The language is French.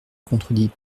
contredit